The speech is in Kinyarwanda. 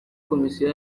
komisiyo